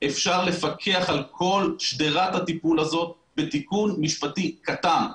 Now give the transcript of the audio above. אפשר לפקח על כל שדרת הטיפול הזאת בתיקון משפטי קטן.